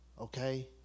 Okay